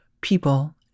people